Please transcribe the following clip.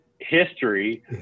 history